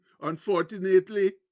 unfortunately